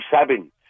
seven